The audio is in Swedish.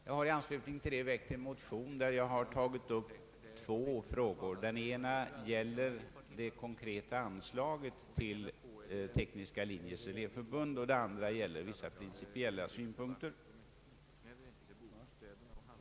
Jag har i anslutning därtill väckt en motion, där jag tagit upp två frågor. Den ena gäller det konkreta anslaget till Tekniska linjers elevförbund och den andra gäller vissa principiella synpunkter.